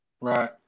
right